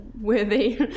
worthy